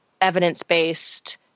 evidence-based